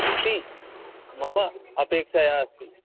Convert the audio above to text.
इति मम अपेक्षया अस्ति